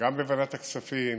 גם בוועדת הכספים,